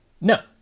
No